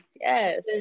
Yes